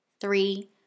three